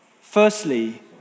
Firstly